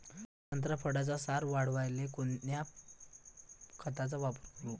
संत्रा फळाचा सार वाढवायले कोन्या खताचा वापर करू?